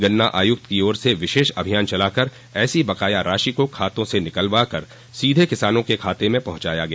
गन्ना आयुक्त की ओर से विशेष अभियान चलाकर ऐसी बकाया राशि को खातों से निकलवा कर सीधे किसानों के खातें में पहुंचाया गया